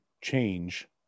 change